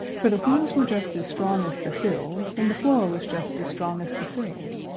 for the wheels were just as strong as the thills, and the floor was just as strong as the sills,